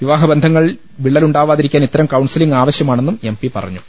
വിവാഹബന്ധങ്ങളിൽ വിള്ളലുണ്ടാവാതിരി ക്കാൻ ഇത്തരം കൌൺസിലിംഗ് ആവശ്യമാണെന്നും എം പി പറഞ്ഞു